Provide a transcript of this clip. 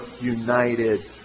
united